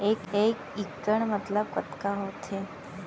एक इक्कड़ मतलब कतका होथे?